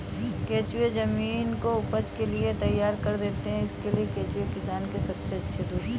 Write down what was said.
केंचुए जमीन को उपज के लिए तैयार कर देते हैं इसलिए केंचुए किसान के सबसे अच्छे दोस्त होते हैं